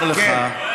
מים.